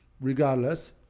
Regardless